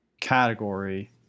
category